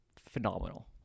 phenomenal